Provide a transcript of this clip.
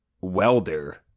welder